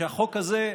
שהחוק הזה,